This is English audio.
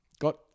Got